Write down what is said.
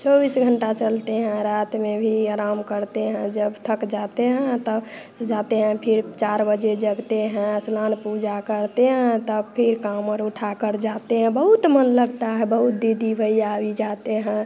चौबिस घंटा चलते हैं रात में भी आराम करते हैं जब थक जाते हैं तब जाते हैं फिर चार बजे जगते हैं स्नान पूजा करते हैं तब फिर कांवर उठा के जाते हैं बहुत मन लगता है बहुत दीदी भैया भी जाते हैं